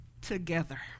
together